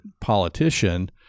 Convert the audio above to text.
politician